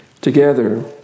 together